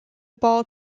ball